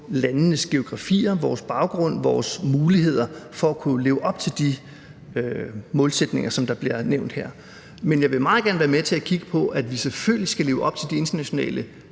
landenes geografier, vores baggrund og vores muligheder for at kunne leve op til de målsætninger, der bliver nævnt her. Men jeg vil meget gerne være med til at kigge på, at vi selvfølgelig skal leve op til de internationale